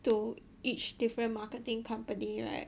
to each different marketing company right